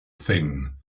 thing